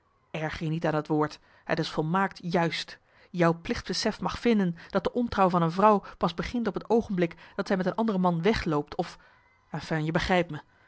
erger je niet aan dat woord het is volmaakt juist jou plichtbesef mag vinden dat de ontrouw van een vrouw pas begint op het oogenblik dat zij met een andere man wegloopt of enfin je begrijpt